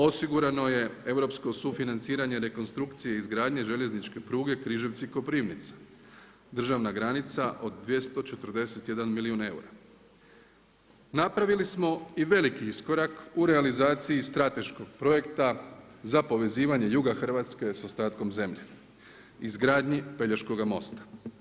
Osigurano je europsko sufinanciranje rekonstrukcije i izgradnje željezničke pruge Križevci-Koprivnica, državna granica od 241 milijun eura. napravili smo i veliki iskorak u realizaciji strateškog projekta za povezivanje juga Hrvatske sa ostatkom zemlje, u izgradnji Pelješkog mosta.